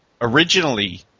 originally